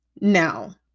Now